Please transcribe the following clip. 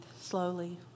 slowly